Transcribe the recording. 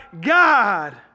God